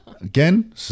again